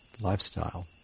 lifestyle